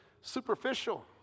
superficial